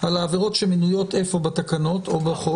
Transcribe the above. על העבירות שמופיעות איפה בחוק או בתקנות?